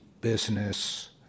business